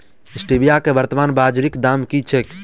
Stevia केँ वर्तमान बाजारीक दाम की छैक?